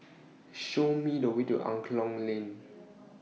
Show Me The Way to Angklong Lane